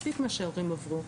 מספיק מה שההורים עברו,